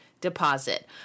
deposit